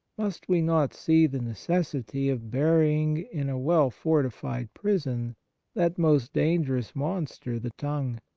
must we not see the necessity of burying in a well-fortified prison that most dangerous monster, the tongue?